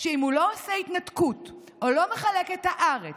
שאם הוא לא עושה התנתקות או לא מחלק את הארץ